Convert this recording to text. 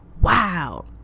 Wow